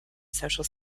social